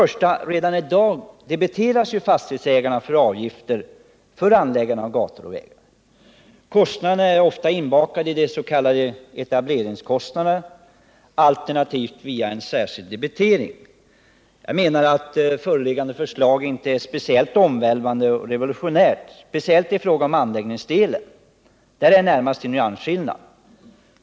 Redan i dag debiteras fastighetsägarna avgifter för anläggande av gator och vägar. Kostnaderna är ofta inbakade i de s.k. exploateringskostnaderna. Alternativt tas de ut via en särskild debitering. Jag menar att föreliggande förslag inte är särskilt omvälvande och revolutionärt, speciellt inte i fråga om anläggningskostnaderna. Där är det närmast fråga om en nyansskillnad.